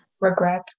Regret